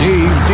Dave